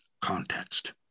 context